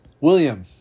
William